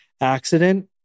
accident